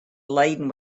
laden